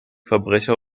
verbrecher